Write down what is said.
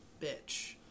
bitch